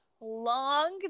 long